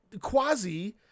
Quasi